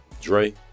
dre